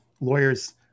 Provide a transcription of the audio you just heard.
lawyers